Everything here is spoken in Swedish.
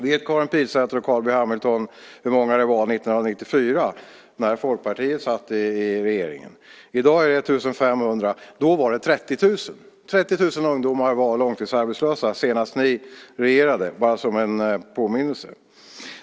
Vet Karin Pilsäter och Carl B Hamilton hur många det var 1994 när Folkpartiet satt i regeringen? I dag är det 1 500. Då var det 30 000. 30 000 ungdomar var långtidsarbetslösa senast ni regerade, bara som en påminnelse.